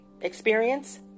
Experience